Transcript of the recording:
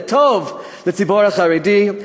זה טוב לציבור החרדי,